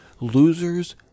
Losers